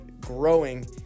growing